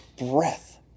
breath